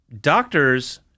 doctors